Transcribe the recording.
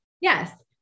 Yes